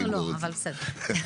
אנחנו לא, אבל בסדר.